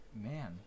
Man